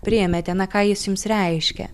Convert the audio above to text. priėmėte na ką jis jums reiškia